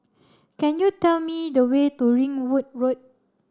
can you tell me the way to Ringwood Road